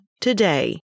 today